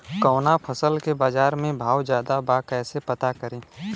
कवना फसल के बाजार में भाव ज्यादा बा कैसे पता करि?